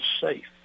safe